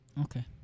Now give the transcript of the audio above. Okay